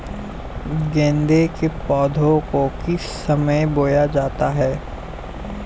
गेंदे के पौधे को किस समय बोया जाता है?